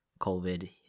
COVID